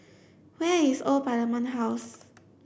where is Old Parliament House